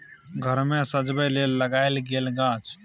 घर मे सजबै लेल लगाएल गेल गाछ